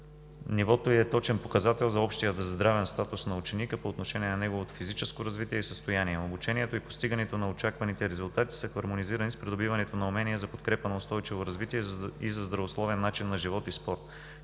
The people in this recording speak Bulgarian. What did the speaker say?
Нивото е точен показател за общия здравен статус на ученика по отношение на неговото физическо развитие и състояние. Обучението и постигането на очакваните резултати са хармонизирани с придобиването на умения за подкрепа на устойчиво развитие и за здравословен начин на живот и спорт,